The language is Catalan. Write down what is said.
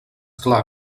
clar